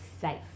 safe